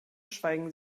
schweigen